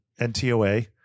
NTOA